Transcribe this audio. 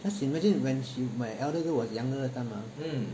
cause you imagine when she my elder girl was younger that time ah